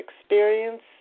experience